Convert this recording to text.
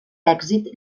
èxit